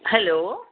hello